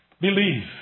believe